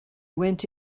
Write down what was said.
went